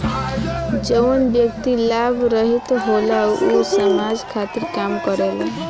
जवन व्यक्ति लाभ रहित होलन ऊ समाज खातिर काम करेलन